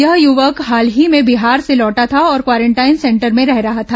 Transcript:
यह युवक हाल ही में बिहार से लौटा था और क्वारेंटाइन सेंटर में रह रहा था